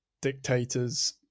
dictators